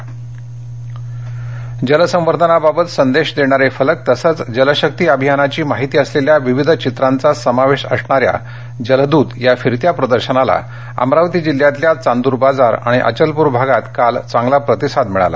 अमरावती जल प्रदर्शन अमरावती जलसंवर्धनाबाबत संदेश देणारे फलक तसंच जलशक्ती अभियानाची माहिती असलेल्या विविध चित्रांचा समावेश असणाऱ्या जलदुत या फिरत्या प्रदर्शनाला अमरावती जिल्ह्यातल्या चांदूर बाजार आणि अचलप्र भागात काल चांगला प्रतिसाद मिळाला